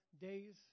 days